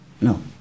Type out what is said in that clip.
No